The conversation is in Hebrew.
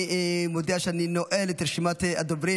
אני מודיע שאני נועל את רשימת הדוברים.